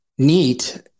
neat